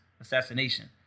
assassination